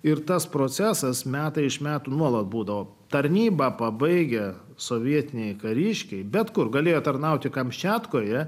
ir tas procesas metai iš metų molą būdo tarnybą pabaigę sovietiniai kariškiai bet kur galėjo tarnauti kamčiatkoje